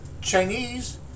Chinese